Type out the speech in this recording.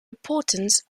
importance